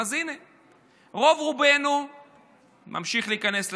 אז הינה, רוב-רובנו ממשיך להיכנס לסופר,